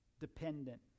dependent